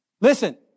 Listen